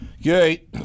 Okay